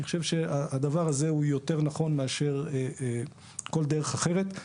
אני חושב שהדבר הזה הוא יותר נכון מאשר כל דרך אחרת.